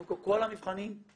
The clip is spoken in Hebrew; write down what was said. קודם כל כל המבחנים בתוקף.